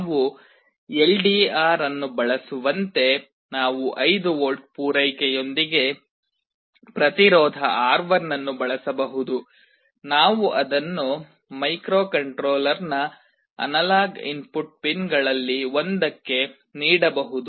ನಾವು ಎಲ್ಡಿಆರ್ ಅನ್ನು ಬಳಸುವಂತೆ ನಾವು 5V ಪೂರೈಕೆಯೊಂದಿಗೆ ಪ್ರತಿರೋಧ R1 ಅನ್ನು ಬಳಸಬಹುದು ನಾವು ಅದನ್ನು ಮೈಕ್ರೊಕಂಟ್ರೋಲರ್ನ ಅನಲಾಗ್ ಇನ್ಪುಟ್ ಪಿನ್ಗಳಲ್ಲಿ ಒಂದಕ್ಕೆ ನೀಡಬಹುದು